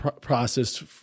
process